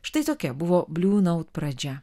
štai tokia buvo bliu naut pradžia